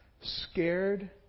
Scared